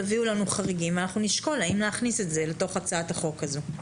תביאו לנו חריגים ואנחנו נשקול האם להכניס את זה לתוך הצעת החוק הזו.